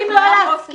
אתם יכולים לא להסכים,